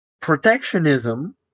protectionism